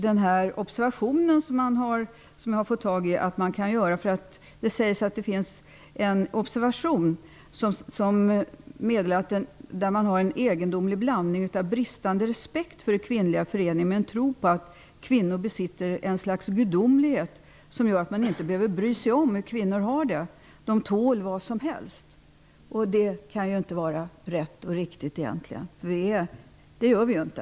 Det råder en egendomlig blandning av bristande respekt för kvinnor och en tro på att kvinnor besitter ett slags gudomlighet, som gör att man inte behöver bry sig om hur kvinnor har det, eftersom de tål vad som helst. Detta kan inte vara rätt och riktigt, för så är det ju inte.